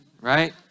Right